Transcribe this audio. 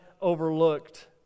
overlooked